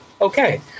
okay